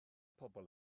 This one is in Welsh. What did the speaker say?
pobl